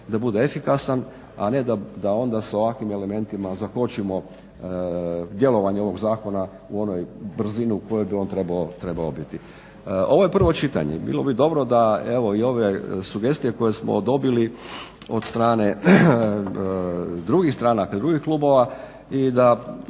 da bude efikasan, a ne da onda sa ovakvim elementima zakočimo djelovanje ovog zakona u onoj brzini u kojoj bi on trebao biti. Ovo je prvo čitanje. Bilo bi dobro da evo i ove sugestije koje smo dobili od strane drugih stranaka i drugih klubova i da